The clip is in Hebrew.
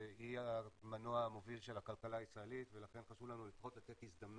היא המנוע המוביל של הכלכלה הישראלית ולכן חשוב לנו לפחות לתת הזדמנות,